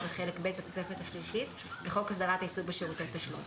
בחלק ב' בתוספת השלישית לחוק הסדרת העיסוק בשירותי תשלום".